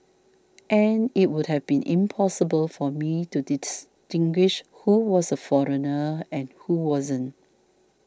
and it would have been impossible for me to distinguish who was a foreigner and who wasn't